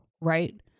right